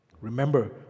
Remember